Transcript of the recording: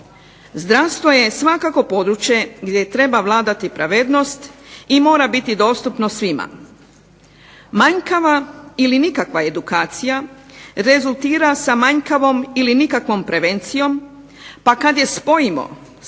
Zdravstvo je svakako područje gdje treba vladati pravednost i mora biti dostupno svima. Manjkava ili nikakva edukacija rezultira sa manjkavom ili nikakvom prevencijom, pa kad je spojimo s